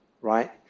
right